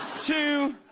to?